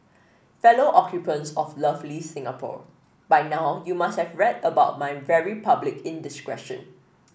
fellow occupants of lovely Singapore by now you must have read about my very public indiscretion